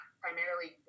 primarily